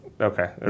Okay